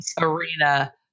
arena